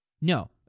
No